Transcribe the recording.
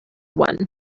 one